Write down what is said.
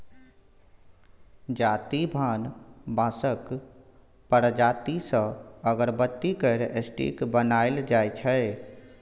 जाति भान बाँसक प्रजाति सँ अगरबत्ती केर स्टिक बनाएल जाइ छै